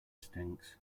stinks